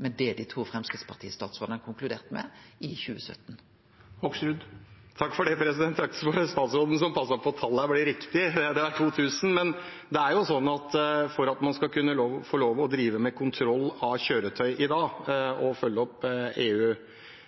i det dei to Framstegsparti-statsrådane konkluderte med i 2017. Det er bra at statsråden passer på at tallene blir riktige. Det er 2 000, men det er jo slik at for at man skal få lov til å drive med kontroll av kjøretøy i dag og følge opp